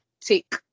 take